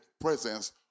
presence